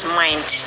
mind